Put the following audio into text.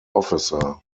officer